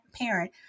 parent